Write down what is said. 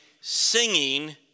singing